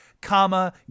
comma